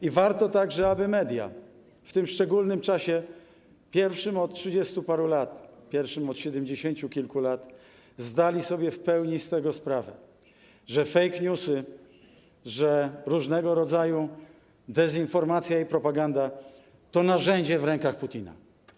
I warto także, aby media w tym szczególnym czasie, pierwszym od trzydziestu paru lat, pierwszym od siedemdziesięciu kilku lat, zdały sobie w pełni z tego sprawę, że fake newsy, że różnego rodzaju dezinformacja i propaganda to narzędzie w rękach Putina.